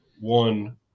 one